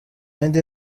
yindi